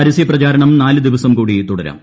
പരസ്യ പ്രചാരണം നാല് ദിവസം കൂടി തുടരാം